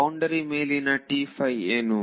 boundary ಮೇಲಿನ ಏನು